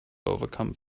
overcome